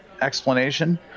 explanation